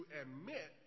admit